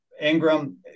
ingram